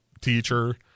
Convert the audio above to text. teacher